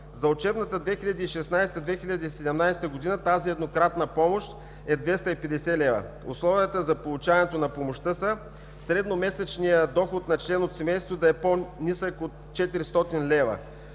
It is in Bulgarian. За учебната 2016 – 2017 г. тази еднократна помощ е 250 лв. Условията за получаването на помощта са средният месечен доход на член от семейството да е по-нисък от 400 лв.,